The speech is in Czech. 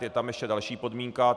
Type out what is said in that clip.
Je tam ještě další podmínka.